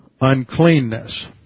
uncleanness